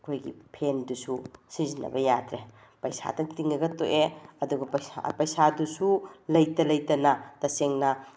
ꯑꯩꯈꯣꯏꯒꯤ ꯐꯦꯟꯗꯨꯁꯨ ꯁꯤꯖꯤꯟꯅꯕ ꯌꯥꯗ꯭ꯔꯦ ꯄꯩꯁꯥꯗꯪ ꯇꯤꯡꯉꯒ ꯇꯣꯛꯑꯦ ꯑꯗꯨꯒ ꯄꯩꯁꯥ ꯄꯩꯁꯥꯗꯨꯁꯨ ꯂꯩꯇ ꯂꯩꯇꯅ ꯇꯁꯦꯡꯅ